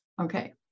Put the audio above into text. Okay